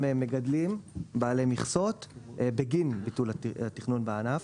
מגדלים בעלי מכסות בגין ביטול התכנון בענף.